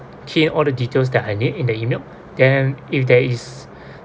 key in all the details that I need in the email then if there is